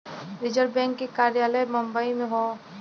reserve bank के कार्यालय बम्बई में हौ